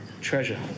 treasure